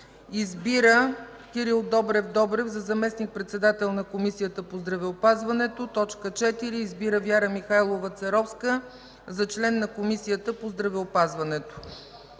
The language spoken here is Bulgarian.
Избира Кирил Добрев Добрев за заместник-председател на Комисията по здравеопазването. 4. Избира Вяра Михайлова Церовска за член на Комисията по здравеопазването.”